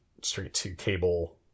straight-to-cable